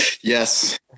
yes